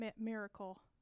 miracle